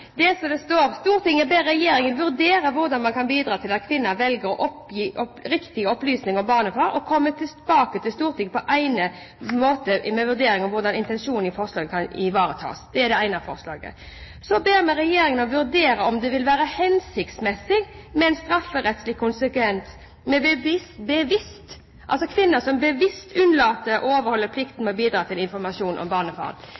salen, men det står faktisk i forslaget: «Stortinget ber regjeringen vurdere hvordan man kan bidra til at kvinner velger å gi riktige opplysninger om barnefar, og komme tilbake til Stortinget på egnet måte med en vurdering av hvordan intensjonen i forslaget kan ivaretas.» Det er det ene forslaget. Så ber vi «regjeringen vurdere om det vil være hensiktsmessig med en strafferettslig konsekvens ved bevisst unnlatelse av å overholde plikten til å bidra med informasjon om barnefar» – altså kvinner som bevisst unnlater